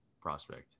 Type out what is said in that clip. prospect